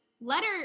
letter